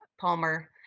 Palmer